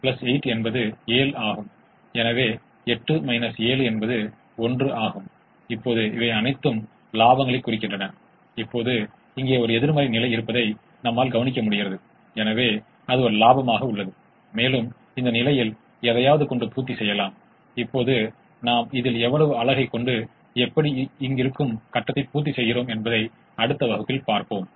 இந்தத் தொகுப்பில் உள்ள எல்லா தீர்வுகளையும் விட அதிகமான அனைத்துத் தீர்வுகளையும் நான் இன்னும் பெறுகிறேன் பின்னர் நாம் என்ன செய்வது அடுத்த வகுப்பில் நாம் காணும் இரட்டை அம்சத்திற்கான உகந்த தீர்வை நான் எவ்வாறு புரிந்துகொண்டு தொடர்புபடுத்துகிறேன் என்று பார்ப்போம்